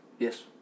Yes